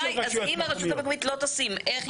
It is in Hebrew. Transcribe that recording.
אז אם הרשות המקומית לא תשים, איך יהיה מענה?